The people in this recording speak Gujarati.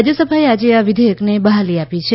રાજ્યસભાએ આજે આ વિધેયકને બહાલી આપી છે